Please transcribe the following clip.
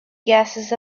gases